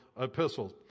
epistles